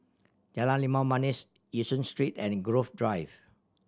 Jalan Limau Manis Yishun Street and Grove Drive